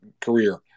career